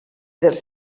dels